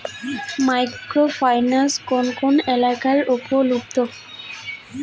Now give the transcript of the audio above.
Micro finance কোন কোন এলাকায় উপলব্ধ?